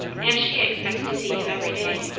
and she expects to see him every day.